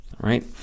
right